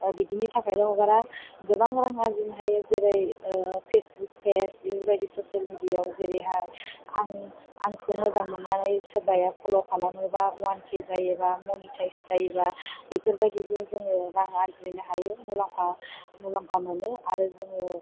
बिदिनि थाखायल' हगारा गोबां रां आर्जिनो हायो जेरै फेसबुक पेज बेबायदि ससियेल मिडिया आव जेरैहाय आंखौ मोजां मोननानै सोरबाया फल' खालामोबा वान के जायोबा मनिटाइज जायोबा बेफोरबायदिजों जोङो रां आर्जिनो हायो मुलाम्फा मोनो आरो जोङो